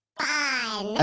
fun